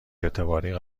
اعتباری